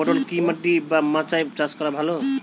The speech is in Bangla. পটল কি মাটি বা মাচায় চাষ করা ভালো?